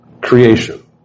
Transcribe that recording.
creation